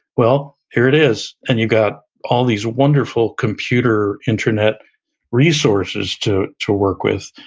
well, here it is. and you got all these wonderful computer, internet resources to to work with.